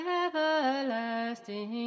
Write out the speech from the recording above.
everlasting